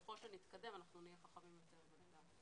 ככל שנתקדם אנחנו נהיה חכמים יותר.